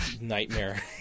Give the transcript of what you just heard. nightmare